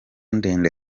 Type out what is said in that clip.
ndende